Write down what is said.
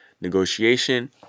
negotiation